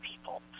people